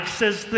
says